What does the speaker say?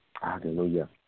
Hallelujah